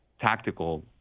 tactical